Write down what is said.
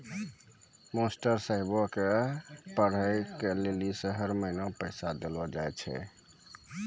master साहेब के पढ़बै के लेली हर महीना पैसा देलो जाय छै